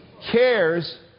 cares